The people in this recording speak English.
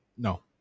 no